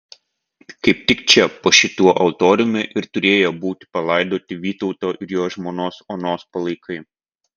kaip tik čia po šiuo altoriumi ir turėję būti palaidoti vytauto ir jo žmonos onos palaikai